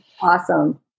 Awesome